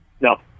No